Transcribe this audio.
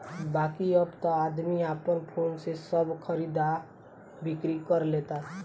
बाकिर अब त आदमी आपन फोने से सब खरीद आ बिक्री कर लेता